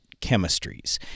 chemistries